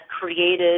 created